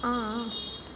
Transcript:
हां